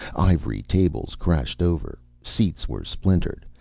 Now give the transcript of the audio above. ivory tables crashed over, seats were splintered,